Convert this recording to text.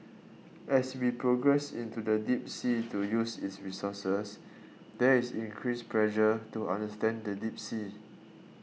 as we progress into the deep sea to use its resources there is increased pressure to understand the deep sea